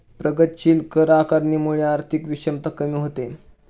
प्रगतीशील कर आकारणीमुळे आर्थिक विषमता कमी होते